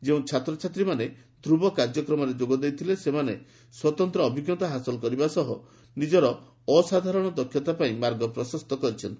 ଯେଉଁ ଛାତ୍ରଛାତ୍ରୀମାନେ ଧ୍ରୁବ କାର୍ଯ୍ୟକ୍ରମରେ ଯୋଗ ଦେଇଥିଲେ ସେମାନେ ସ୍ୱତନ୍ତ୍ର ଅଭିଜ୍ଞତା ହାସଲ କରିବା ସହ ନିଜର ଅସାଧାରଣ ଦକ୍ଷତା ପାଇଁ ମାର୍ଗ ପ୍ରଶସ୍ତ କରିଛନ୍ତି